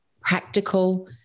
practical